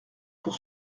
pour